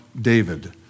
David